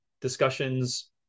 discussions